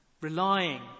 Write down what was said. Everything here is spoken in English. relying